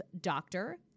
doctor